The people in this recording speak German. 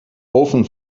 ofen